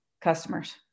customers